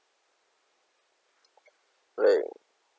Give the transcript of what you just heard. like